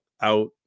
out